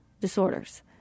disorders